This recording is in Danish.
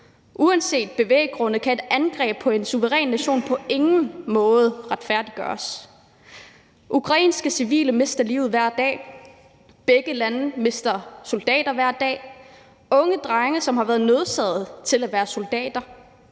Uanset bevæggrundene kan et angreb på en suveræn nation på ingen måde retfærdiggøres. Ukrainske civile mister livet hver dag. Begge lande mister soldater hver dag – unge drenge, som har været nødsaget til at være soldater.